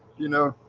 you know,